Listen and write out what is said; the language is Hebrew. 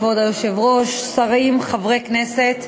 כבוד היושב-ראש, שרים, חברי כנסת,